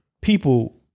people